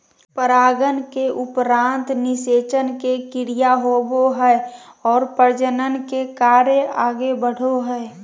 परागन के उपरान्त निषेचन के क्रिया होवो हइ और प्रजनन के कार्य आगे बढ़ो हइ